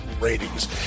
ratings